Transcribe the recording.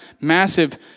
massive